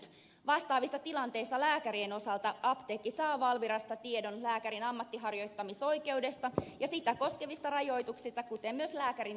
vastaavissa tilanteissa lääkärien osalta apteekki saa valvirasta tiedon lääkärin ammatinharjoittamisoikeudesta ja sitä koskevista rajoituksista kuten myös lääkärin erikoisalasta